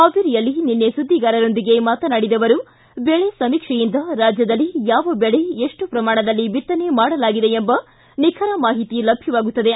ಹಾವೇರಿಯಲ್ಲಿ ನಿನ್ನೆ ಸುದ್ದಿಗಾರರೊಂದಿಗೆ ಮಾತನಾಡಿದ ಅವರು ಬೆಳೆ ಸಮೀಕ್ಷೆಯಿಂದ ರಾಜ್ಞದಲ್ಲಿ ಯಾವ ಬೆಳೆ ಎಷ್ಟು ಪ್ರಮಾಣದಲ್ಲಿ ಬಿತ್ತನೆ ಮಾಡಲಾಗಿದೆ ಎಂಬ ನಿಖರ ಮಾಹಿತಿ ಲಭ್ಞವಾಗುತ್ತದೆ